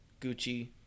Gucci